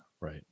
Right